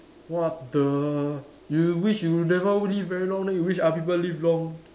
what the you wish you never live very long then you wish other people live long